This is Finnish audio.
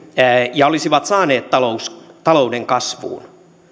ja olisivat saaneet talouden kasvuun